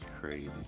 Crazy